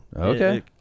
Okay